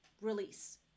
release